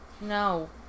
No